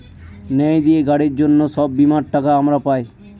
ন্যায় দিয়ে গাড়ির জন্য সব বীমার টাকা আমরা পাই